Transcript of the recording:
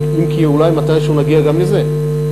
אם כי אולי מתישהו נגיע גם לזה.